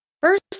First